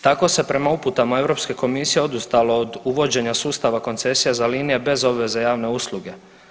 Tako se prema uputama Europske komisije odustalo od uvođenja sustava koncesija za linije bez obveze javne usluge.